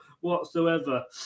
whatsoever